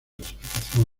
clasificación